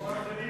ככה,